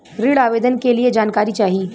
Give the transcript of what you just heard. ऋण आवेदन के लिए जानकारी चाही?